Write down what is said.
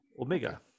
Omega